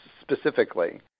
specifically